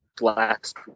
last